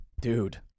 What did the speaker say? Dude